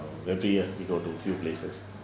every year we go to a few places